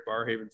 Barhaven